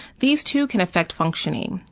these two can affect functioning,